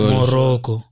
Morocco